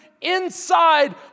inside